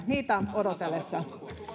niitä odotellessa